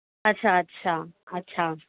अच्छा अच्छा अच्छा